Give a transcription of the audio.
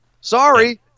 Sorry